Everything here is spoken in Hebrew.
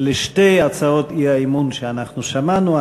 שתי הצעות האי-אמון שאנחנו שמענו,